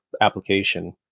application